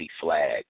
flag